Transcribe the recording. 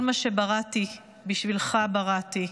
"כל מה שבראתי בשבילך בראתי,